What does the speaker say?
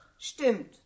Stimmt